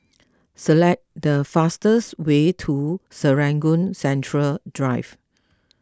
select the fastest way to Serangoon Central Drive